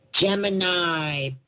Gemini